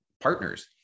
partners